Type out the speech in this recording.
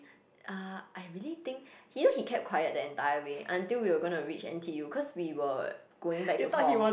uh I really think he he kept quiet the entire way until we were gonna to reach n_t_u cause we were going back to hall